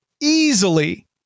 easily